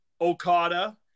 Okada